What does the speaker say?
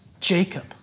Jacob